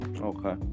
okay